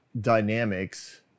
dynamics